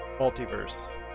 Multiverse